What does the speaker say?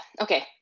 Okay